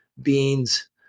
beans